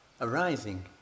arising